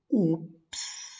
Oops